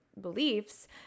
beliefs